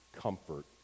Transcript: comfort